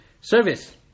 Service